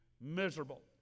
miserable